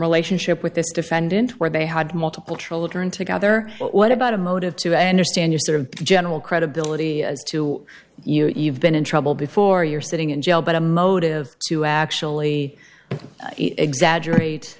relationship with this defendant where they had multiple children together but what about a motive to i understand you sort of general credibility as to you even in trouble before you're sitting in jail but a motive to actually exaggerate